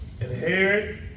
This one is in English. inherit